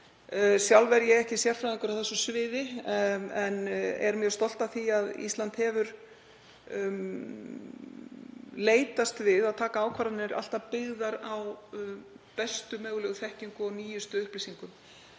Sjálf er ég ekki sérfræðingur á þessu sviði en er mjög stolt af því að Ísland hefur leitast við að taka alltaf ákvarðanir byggðar á bestu mögulegu þekkingu og nýjustu upplýsingum.